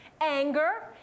anger